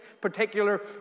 particular